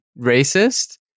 racist